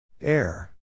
Air